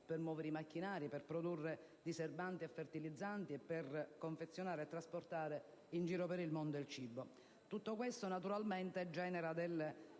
(per muovere i macchinari, per produrre i diserbanti e fertilizzanti, per confezionare e trasportare in giro per il mondo il cibo). Tutto questo genera naturalmente esternalità